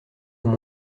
dans